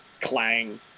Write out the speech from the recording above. clang